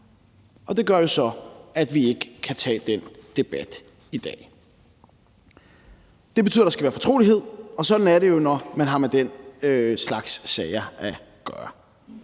og det gør jo så, at vi ikke kan tage den debat i dag. Det betyder, at der skal være fortrolighed, og sådan er det jo, når man har med den slags sager at gøre.